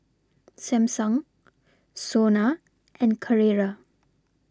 Samsung Sona and Carrera